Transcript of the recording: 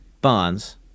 bonds